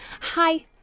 Hi